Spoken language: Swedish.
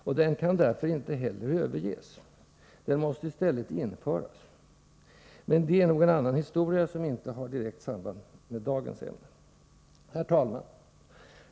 Därför kan den inte heller överges. Den måste i stället införas. Men det är nog en annan historia, som inte har direkt samband med dagens ämne. Herr talman!